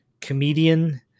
Comedian